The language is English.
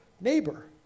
neighbor